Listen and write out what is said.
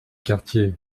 quartier